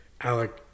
Alec